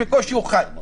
בקושי הוא חי.